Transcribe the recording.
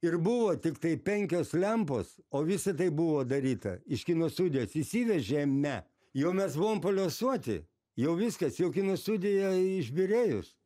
ir buvo tiktai penkios lempos o visa tai buvo daryta iš kino studijos įsivežėme jau mes buvom paliuosuoti jau viskas jau kino studija išbyrėjus